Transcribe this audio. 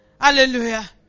Hallelujah